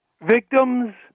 victims